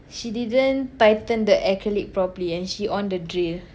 she didn't tighten the acrylic properly and she on the drill